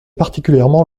particulièrement